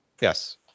yes